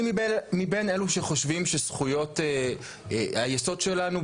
אני מבין אלו שחושבים שזכויות היסוד שלנו,